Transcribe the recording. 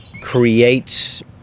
creates